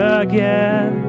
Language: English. again